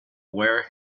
where